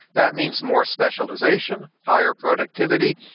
that means more specialization, higher productivity,